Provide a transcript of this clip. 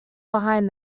behind